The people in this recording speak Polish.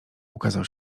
ukazał